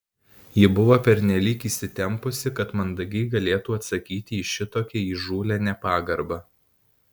ji buvo pernelyg įsitempusi kad mandagiai galėtų atsakyti į šitokią įžūlią nepagarbą